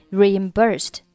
reimbursed